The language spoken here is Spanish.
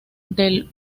del